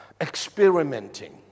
experimenting